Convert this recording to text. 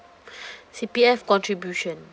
C_P_F contribution